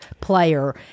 player